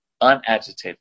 unagitated